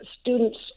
students